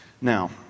Now